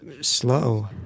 slow